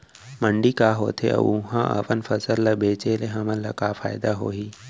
मंडी का होथे अऊ उहा अपन फसल ला बेचे ले हमन ला का फायदा होही?